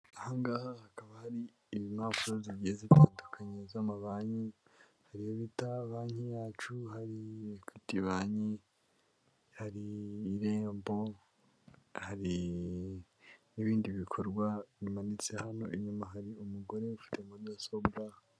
Aha ngaha hakaba hari impapuro zigize zitandukanye z'ama banki, hari iyo bita banki yacu, hari equity banki, hari irembo, hari n'ibindi bikorwa bimanitse hano, inyuma hari umugore ufite mudasobwa.